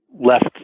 left